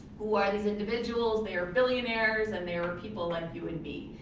who are these individuals? they are billionaires and they are people like you and me.